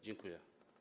Dziękuję.